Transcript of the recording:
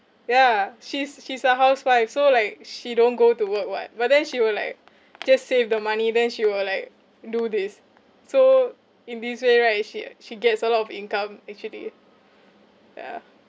ya she's she's a housewife so like she don't go to work [what] but then she will like just save the money then she will like do this so in this way right she she gets a lot of income actually yeah